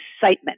excitement